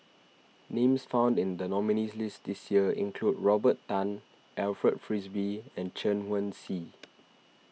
names found in the nominees' list this year include Robert Tan Alfred Frisby and Chen Wen Hsi